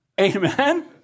Amen